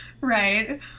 Right